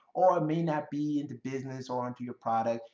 or may not be into business or into your product,